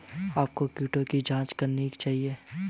आपको कीटों की जांच कब करनी चाहिए?